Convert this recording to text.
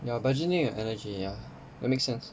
ya budgeting your energy ya that make sense